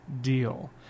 deal